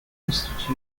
institute